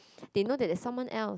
they know that there's someone else